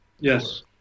Yes